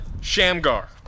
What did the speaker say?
Shamgar